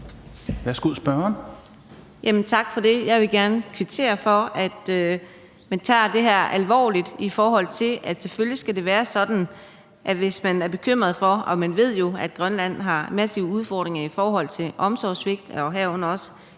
Tak for det. Jeg vil gerne kvittere for, at man tager det her alvorligt, for det skal selvfølgelig være sådan, at hvis man er bekymret for noget – og vi ved jo, at Grønland har massive udfordringer med omsorgssvigt, herunder også